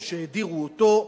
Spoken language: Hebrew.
או שהדירו אותו.